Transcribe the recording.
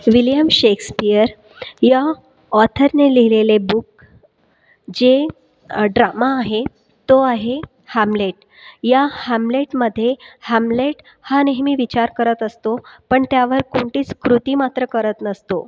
William Shakespeare या ॲाथरने लिहिलेले बूक जे ड्रामा आहे तो आहे हामलेट या हामलेटमध्ये हामलेट हा नेहमी विचार करत असतो पण त्यावर कोणतीच कृती मात्र करत नसतो